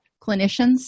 clinicians